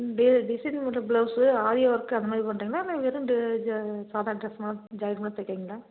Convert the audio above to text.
ம் டிசைன் போட்ட blouse aari work அந்தமாதிரி பண்ணுறிங்களா இல்லை வெறும் சாதா ட்ரெஸ் ஜாக்கெட் மட்டும் தைக்கிறீங்களா